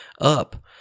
up